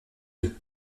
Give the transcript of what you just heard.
deux